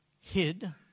hid